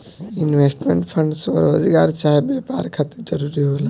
investment fund स्वरोजगार चाहे व्यापार खातिर जरूरी होला